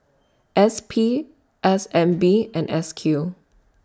S P S N B and S Q